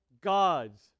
gods